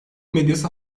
medyası